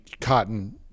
cotton